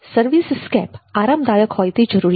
service સ્કેપ આરામદાયક હોય તે જરૂરી છે